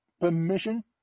permission